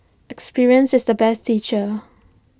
experience is the best teacher